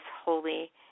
Holy